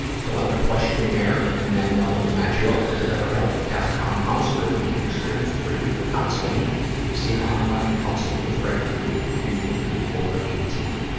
fill out a questionnaire, and then they'll match you up with a betterhelp. com counselor and you can experience a free week of counseling to see if online counseling is right for you. and you need to be over eighteen.